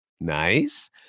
Nice